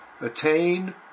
attain